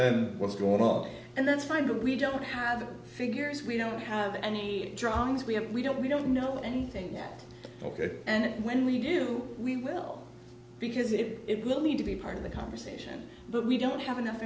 me what's going on and then finally we don't have the figures we don't have any drawings we have we don't we don't know anything yet ok and when we do we will because it will need to be part of the conversation but we don't have enough